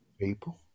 people